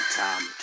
time